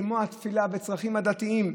כמו התפילה והצרכים הדתיים,